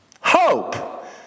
hope